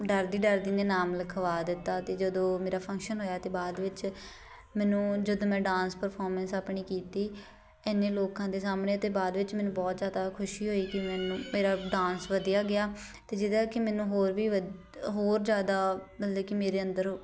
ਡਰਦੀ ਡਰਦੀ ਦੇ ਨਾਮ ਲਿਖਵਾ ਦਿੱਤਾ ਅਤੇ ਜਦੋਂ ਮੇਰਾ ਫੰਕਸ਼ਨ ਹੋਇਆ ਅਤੇ ਬਾਅਦ ਵਿੱਚ ਮੈਨੂੰ ਜਦੋਂ ਮੈਂ ਡਾਂਸ ਪਰਫੋਰਮੈਂਸ ਆਪਣੀ ਕੀਤੀ ਇੰਨੇ ਲੋਕਾਂ ਦੇ ਸਾਹਮਣੇ ਅਤੇ ਬਾਅਦ ਵਿੱਚ ਮੈਨੂੰ ਬਹੁਤ ਜ਼ਿਆਦਾ ਖੁਸ਼ੀ ਹੋਈ ਕਿ ਮੈਨੂੰ ਮੇਰਾ ਡਾਂਸ ਵਧੀਆ ਗਿਆ ਅਤੇ ਜਿਹਦਾ ਕਿ ਮੈਨੂੰ ਹੋਰ ਵੀ ਵਧੀ ਹੋਰ ਜ਼ਿਆਦਾ ਮਤਲਬ ਕਿ ਮੇਰੇ ਅੰਦਰ